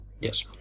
Yes